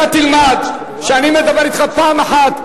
אתה תלמד שאני מדבר אתך פעם אחת.